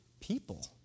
people